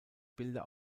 bilder